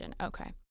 Okay